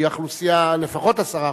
לפחות 10%,